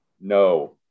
No